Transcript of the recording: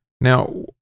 Now